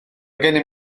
gennym